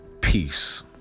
peace